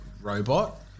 robot